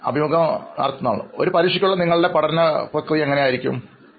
അഭിമുഖം നടത്തുന്നയാൾ ഒരു പരീക്ഷയ്ക്കുള്ള നിങ്ങളുടെ പഠനപ്രക്രിയ എങ്ങനെ ആയിരിക്കുമെന്ന് ഞങ്ങളോട് പറയാമോ